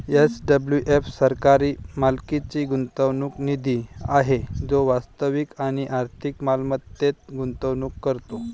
SWF सरकारी मालकीचा गुंतवणूक निधी आहे जो वास्तविक आणि आर्थिक मालमत्तेत गुंतवणूक करतो